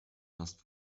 fast